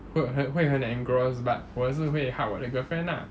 会会会很 engross but 我也是会 hug 我的 girlfriend lah